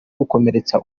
gukomeretsa